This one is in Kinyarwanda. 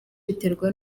biterwa